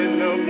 no